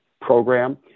program